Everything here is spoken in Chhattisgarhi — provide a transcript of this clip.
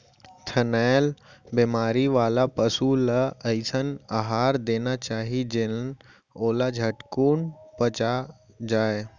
थनैल बेमारी वाला पसु ल अइसन अहार देना चाही जेन ओला झटकुन पच जाय